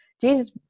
Jesus